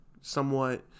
somewhat